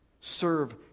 serve